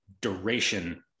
duration